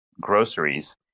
groceries